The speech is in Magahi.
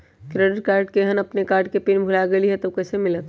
क्रेडिट कार्ड केहन अपन कार्ड के पिन भुला गेलि ह त उ कईसे मिलत?